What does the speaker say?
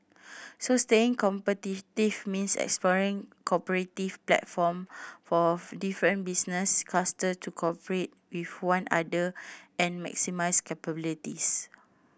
so staying competitive means exploring cooperative platform for different business cluster to cooperate with one other and maximise capabilities